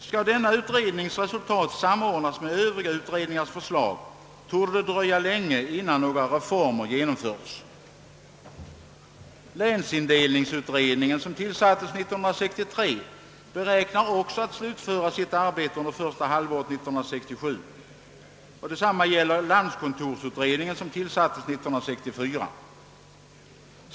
Skall denna utrednings resultat samordnas med övriga utredningars förslag, torde det dröja länge innan några reformer genomföres. Länsindelningsutredningen, som tillsattes år 1963, beräknar också slutföra sitt arbete under första halvåret 1967, och detsamma gäller landskontorsutredningen, som tillsattes 1964.